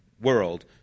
world